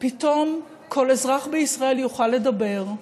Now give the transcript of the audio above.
פתאום כל אזרח בישראל יוכל לדבר,